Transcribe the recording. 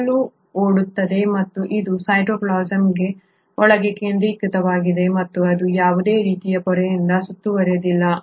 ಸುತ್ತಲೂ ಓಡುತ್ತದೆ ಮತ್ತು ಇದು ಸೈಟೋಪ್ಲಾಸಂ ಒಳಗೆ ಕೇಂದ್ರೀಕೃತವಾಗಿದೆ ಮತ್ತು ಅದು ಯಾವುದೇ ರೀತಿಯ ಪೊರೆಯಿಂದ ಸುತ್ತುವರೆದಿಲ್ಲ